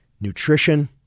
nutrition